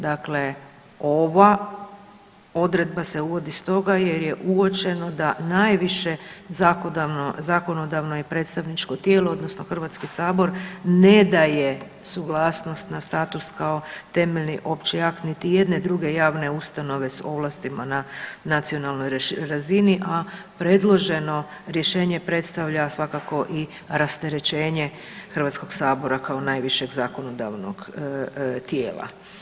Dakle, ova odredba se uvodi stoga jer je uočeno da najviše zakonodavno i predstavničko tijelo odnosno HS ne daje suglasnost na status kao temeljni opći akt niti jedne druge javne ustanove s ovlastima na nacionalnoj razini, a predloženo rješenje predstavlja svakako i rasterećenje HS-a kao najvišeg zakonodavnog tijela.